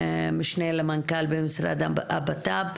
משנה למנכ"ל במשרד הבט"פ,